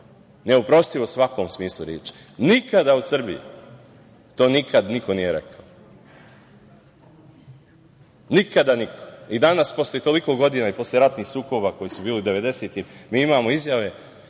neoprostivo u svakom smislu reči. Nikada u Srbiji to nikad niko nije rekao, nikada niko. I danas, posle toliko godina, i posle ratnih sukoba koji su bili devedesetih, mi imamo izjave